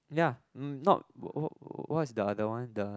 ya mm not wh~ wh~ what's the other one the